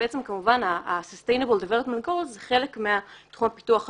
שבעצם כמובן ה- SDGs הם חלק מתחום הפיתוח הביו-לאומי.